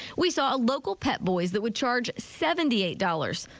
we saw a local pep boys that would charge seventy eight dollars.